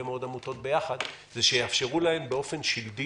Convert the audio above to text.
מאוד עמותות ביחד הוא שיאפשרו להם באופן שלדי